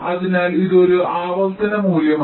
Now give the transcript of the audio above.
അതിനാൽ ഇതൊരു ആവർത്തന മൂല്യമാണ്